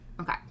Okay